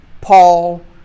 Paul